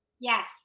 Yes